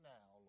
now